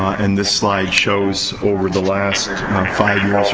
and this slide shows, over the last five years or so,